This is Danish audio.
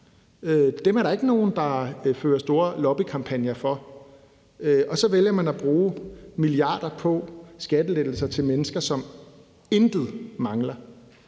Dem er der ikke nogen der fører store lobbykampagner for. Og så vælger man at bruge milliarder på skattelettelser til mennesker, som intet mangler.